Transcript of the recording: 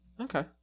okay